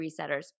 resetters